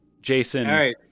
Jason